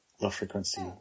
low-frequency